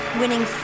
winning